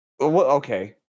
Okay